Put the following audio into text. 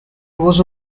was